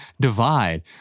divide